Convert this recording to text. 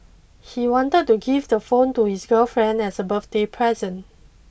he wanted to give the phone to his girlfriend as a birthday present